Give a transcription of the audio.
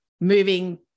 moving